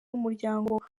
w’umuryango